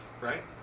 Right